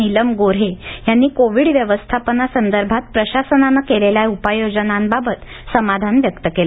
निलम गोऱ्हे यांनी कोविड व्यवस्थापनासंदर्भात प्रशासनानं केलेल्या उपाययोजनांबाबत समाधान व्यक्त केलं